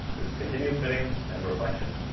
there's continuum fitting and reflection.